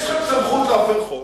יש לכם סמכות להפר חוק,